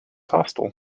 hostile